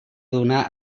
donar